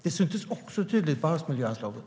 Det syntes också tydligt på havsmiljöanslaget.